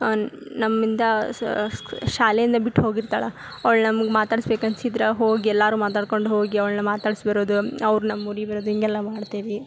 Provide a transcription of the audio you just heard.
ನಮ್ಮಿಂದ ಸ್ ಸ್ಕ್ ಶಾಲೆಯನ್ನ ಬಿಟ್ಟು ಹೋಗಿರ್ತಾಳೆ ಅವಳು ನಮ್ಗೆ ಮಾತಾಡಿಸ್ಬೇಕನ್ಸಿದ್ರೆ ಹೋಗಿ ಎಲ್ಲಾರು ಮಾತಾಡ್ಕೊಂಡು ಹೋಗಿ ಅವಳನ್ನ ಮಾತಾಡ್ಸಿ ಬರೋದು ಅವ್ರು ನಮ್ಮ ಊರಿಗೆ ಬರೋದು ಹೀಗೆಲ್ಲ ಮಾಡ್ತೇವಿ